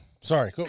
Sorry